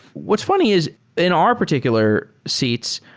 what's funny is in our particular seats,